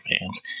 fans